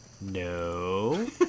No